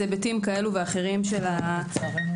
היבטים כאלה ואחרים של הנושא.